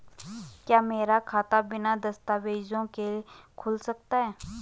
क्या मेरा खाता बिना दस्तावेज़ों के खुल सकता है?